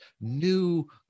new